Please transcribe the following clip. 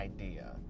idea